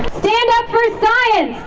stand up for science!